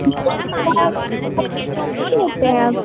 delivery का नहीं न लेते है आप